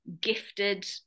gifted